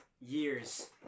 years